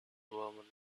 woman